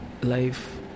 life